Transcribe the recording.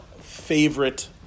favorite